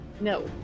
No